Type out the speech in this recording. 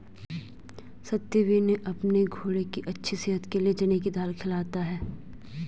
सत्यवीर ने अपने घोड़े की अच्छी सेहत के लिए चने की दाल खिलाता है